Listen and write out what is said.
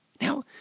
Now